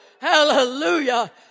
Hallelujah